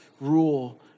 rule